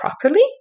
properly